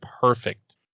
perfect